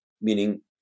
meaning